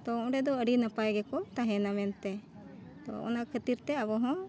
ᱛᱚ ᱚᱸᱰᱮ ᱫᱚ ᱟᱹᱰᱤ ᱱᱟᱯᱟᱭ ᱜᱮᱠᱚ ᱛᱟᱦᱮᱱᱟ ᱢᱮᱱᱛᱮ ᱛᱚ ᱚᱱᱟ ᱠᱷᱟᱹᱛᱤᱨ ᱛᱮ ᱟᱵᱚ ᱦᱚᱸ